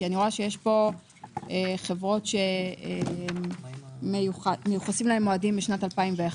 כי אני רואה שיש פה חברות שמיוחסים להם מועדים משנת 2001,